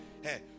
hey